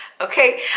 Okay